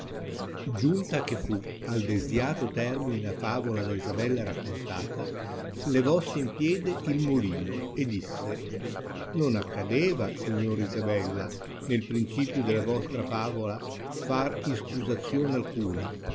giunta che fu al desiato termine la favola da isabella raccontata levossi in piedi il molino e disse non accadeva signora isabella nel prmcipio della vostra favola far iscusazione alcuna